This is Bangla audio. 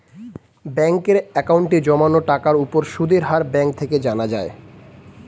ব্যাঙ্কের অ্যাকাউন্টে জমানো টাকার উপর সুদের হার ব্যাঙ্ক থেকে জানা যায়